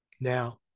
Now